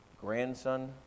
grandson